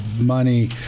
money